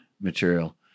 material